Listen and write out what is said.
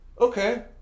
okay